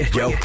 yo